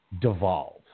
devolve